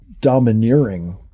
domineering